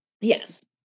Yes